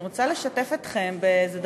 אני רוצה לשתף אתכם באיזה דבר,